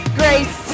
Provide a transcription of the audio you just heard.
grace